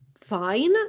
fine